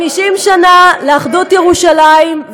50 שנה לאחדות ירושלים,